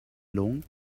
along